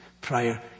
prior